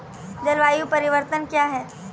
जलवायु परिवर्तन कया हैं?